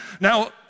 Now